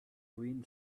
green